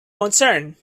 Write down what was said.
concern